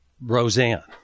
Roseanne